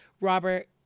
Robert